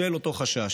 בשל אותו חשש.